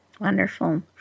Wonderful